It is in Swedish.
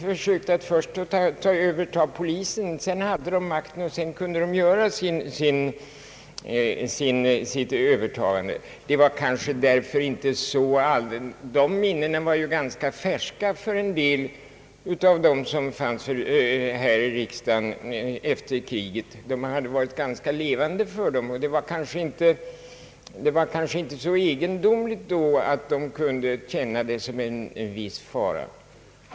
Först övertog de kontrollen över polisen. På det sättet försäkrade de sig om möjlighet till ett maktövertagande. De som satt i riksdagen närmast efter kriget hade färska minnen av detta, och det var kanske inte så egendomligt att de i någon mån kunde betrakta förstatligandet av polisen som en fara. Jag vill understryka att 1930-talet ligger långt i fjärran.